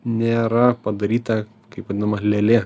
nėra padaryta kaip vadinama lėlė